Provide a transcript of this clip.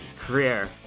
career